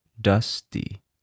dusty